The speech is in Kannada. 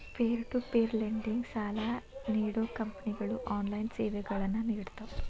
ಪೇರ್ ಟು ಪೇರ್ ಲೆಂಡಿಂಗ್ ಸಾಲಾ ನೇಡೋ ಕಂಪನಿಗಳು ಆನ್ಲೈನ್ ಸೇವೆಗಳನ್ನ ನೇಡ್ತಾವ